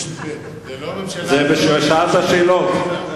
זה לא הממשלה, זה בשעת השאלות.